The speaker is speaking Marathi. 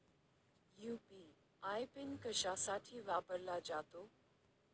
यू.पी.आय पिन कशासाठी वापरला जातो?